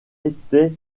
étaient